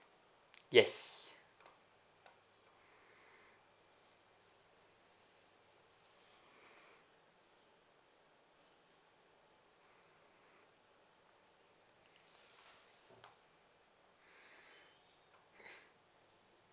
yes